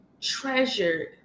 treasured